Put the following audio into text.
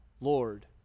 Lord